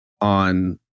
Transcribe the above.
on